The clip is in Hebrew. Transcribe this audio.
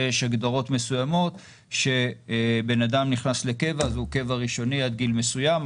שיש הגדרות מסוימות כשבן אדם נכנס לקבע אז הוא קבע ראשוני עד גיל מסוים,